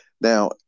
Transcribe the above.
Now